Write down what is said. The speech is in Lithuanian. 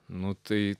nu tai